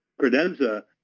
credenza